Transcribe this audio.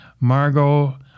Margot